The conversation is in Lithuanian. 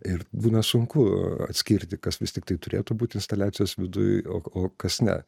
ir būna sunku atskirti kas vis tik tai turėtų būt instaliacijos viduj o o kas ne